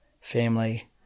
family